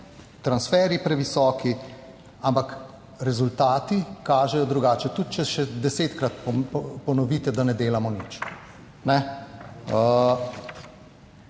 transferji previsoki. Ampak rezultati kažejo drugače, tudi če še desetkrat ponovite, da ne delamo nič.